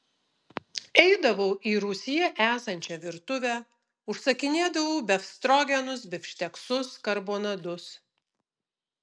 eidavau į rūsyje esančią virtuvę užsakinėdavau befstrogenus bifšteksus karbonadus